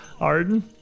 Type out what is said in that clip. arden